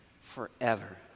forever